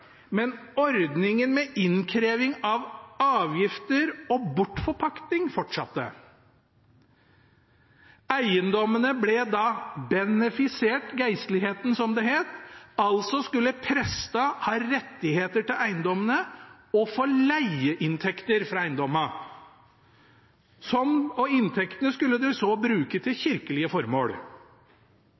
men ordningen med innkreving av avgifter og bortforpaktning fortsatte. Eiendommene ble da benefisert geistligheten, som det het, altså skulle prestene ha rettigheter til eiendommene og få leieinntekter fra eiendommene. Inntektene skulle de så bruke til kirkelige formål.